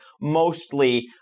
mostly